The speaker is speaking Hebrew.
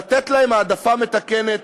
לתת להם העדפה מתקנת